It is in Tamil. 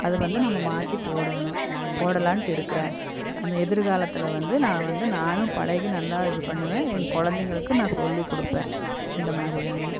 அது வந்து நம்ம மாற்றி போடணும் போடலாம்ட்டு இருக்கிறேன் அந்த எதிர்காலத்தில் வந்து நான் வந்து நானும் பழகி நல்லா இது பண்ணுவேன் என் குழந்தைங்களுக்கும் நான் சொல்லிக் கொடுப்பேன் இந்த மாதிரி தான்னு